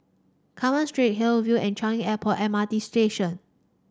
Carmen Street Hill view and Changi Airport M R T Station